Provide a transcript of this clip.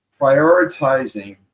prioritizing